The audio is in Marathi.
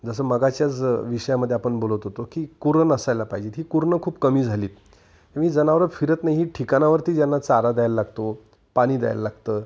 जसं मघाच्याच विषयामध्ये आपण बोलत होतो की कुरणं असायला पाहिजे ही कुरणं खूप कमी झालीत मी जनावरं फिरत नाही ठिकाणावरती ज्यांना चारा द्यायला लागतो पाणी द्यायला लागतं